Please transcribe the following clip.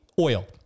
oil